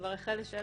כבר החל לשלם.